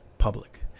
public